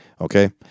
Okay